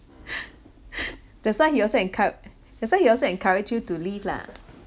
that's why he also encou~ that's why he also encouraged you to leave lah